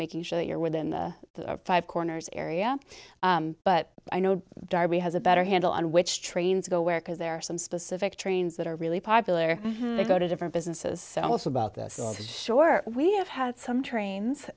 making sure that you're within the five corners area but i know darby has a better handle on which trains go where because there are some specific trains that are really popular to go to different businesses also about this is sure we have had some trains